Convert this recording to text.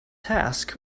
task